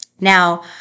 Now